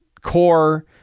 core